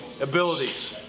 abilities